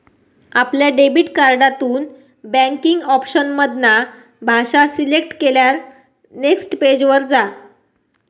आपल्या डेबिट कार्डातून banking option मधना भाषा सिलेक्ट केल्यार नेक्स्ट पेज वर जा